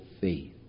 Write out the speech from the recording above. faith